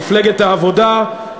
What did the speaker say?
מפלגת העבודה,